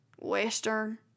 Western